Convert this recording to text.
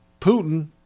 Putin